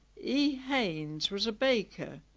e haynes was a baker.